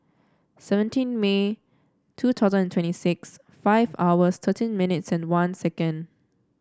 seventeen May two thousand and twenty six five hours thirteen minutes one second